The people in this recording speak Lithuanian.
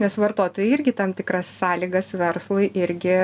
nes vartotojai irgi tam tikras sąlygas verslui irgi